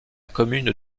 commune